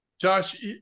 Josh